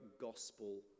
gospel